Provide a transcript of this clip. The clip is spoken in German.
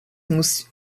muss